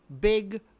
Big